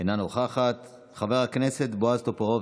אינה נוכחת, חבר הכנסת בועז טופורובסקי,